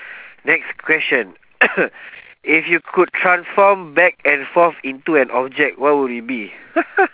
next question if you could transform back and forth into an object what would it be